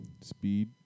Speed